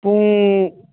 ꯄꯨꯡ